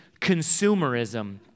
consumerism